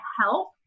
help